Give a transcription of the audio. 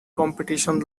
competition